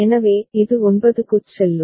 எனவே இது 9 க்குச் செல்லும்